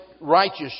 righteous